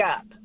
up